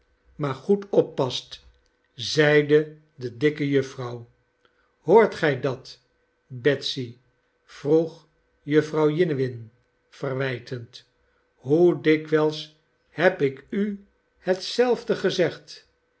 maar goed oppast zeide de dikke jufvrouw hoort gij dat betsy vroeg jufvrouw jiniwin verwijtend hoe dikwijls heb ik u hetzelfde gezegd